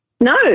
No